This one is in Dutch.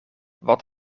wat